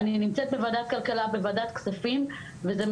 אני נמצאת בוועדת הכלכלה,